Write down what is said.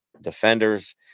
defenders